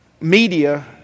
Media